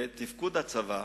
בתפקוד הצבא,